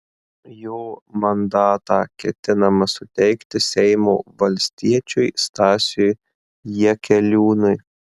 jo mandatą ketinama suteikti seimo valstiečiui stasiui jakeliūnui